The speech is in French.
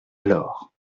alors